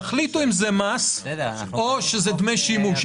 תחליטו אם זה מס או זה דמי שימוש.